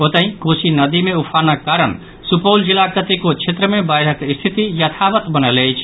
ओतहि कोसी नदी मे उफानक कारण सुपौल जिलाक कतेको क्षेत्र मे बाढ़िक स्थिति याथवत बनल अछि